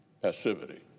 passivity